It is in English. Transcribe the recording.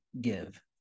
give